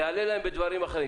זה יעלה בדברים אחרים.